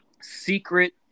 secret